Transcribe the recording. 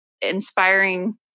inspiring